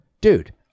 dude